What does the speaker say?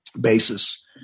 basis